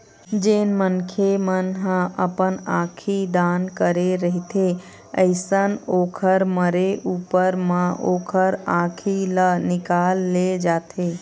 जेन मनखे मन ह अपन आंखी दान करे रहिथे अइसन ओखर मरे ऊपर म ओखर आँखी ल निकाल ले जाथे